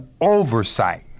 oversight